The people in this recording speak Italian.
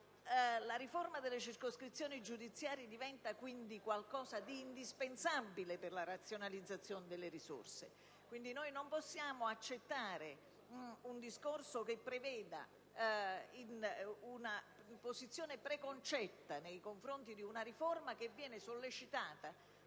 La riforma delle circoscrizioni giudiziarie diventa quindi qualcosa di indispensabile per la razionalizzazione delle risorse. Noi non possiamo accettare un discorso che parta da una posizione preconcetta nei confronti di una riforma che viene sollecitata